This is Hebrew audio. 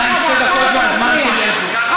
אתה צדקת בהערה שלך, ועכשיו אתה מפריע.